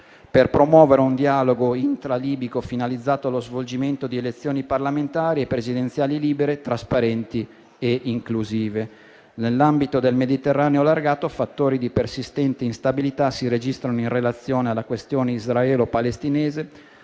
per promuovere un dialogo intra-libico finalizzato allo svolgimento di elezioni parlamentari e presidenziali libere, trasparenti e inclusive. Nell'ambito del Mediterraneo allargato, fattori di persistenti instabilità si registrano in relazione alla questione israelo-palestinese